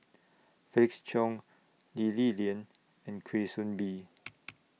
Felix Cheong Lee Li Lian and Kwa Soon Bee